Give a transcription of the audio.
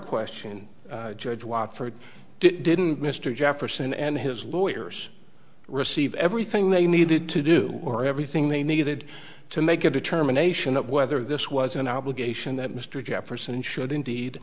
question judge watt for didn't mr jefferson and his lawyers receive everything they needed to do or everything they needed to make a determination of whether this was an obligation that mr jefferson should indeed